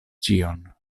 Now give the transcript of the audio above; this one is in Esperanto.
ĉion